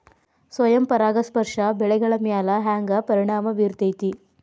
ಸ್ವಯಂ ಪರಾಗಸ್ಪರ್ಶ ಬೆಳೆಗಳ ಮ್ಯಾಲ ಹ್ಯಾಂಗ ಪರಿಣಾಮ ಬಿರ್ತೈತ್ರಿ?